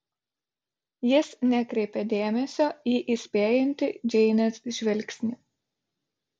jis nekreipia dėmesio į įspėjantį džeinės žvilgsnį